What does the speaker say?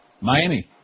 Miami